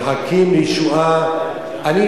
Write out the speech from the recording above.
מחכים לישועה, נא לסיים.